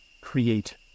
create